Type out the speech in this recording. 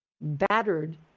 battered